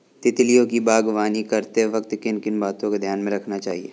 तितलियों की बागवानी करते वक्त किन किन बातों को ध्यान में रखना चाहिए?